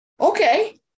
Okay